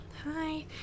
Hi